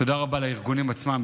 תודה רבה לארגונים עצמם.